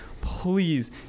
please